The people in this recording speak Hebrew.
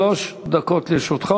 שלוש דקות לרשותך.